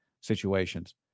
situations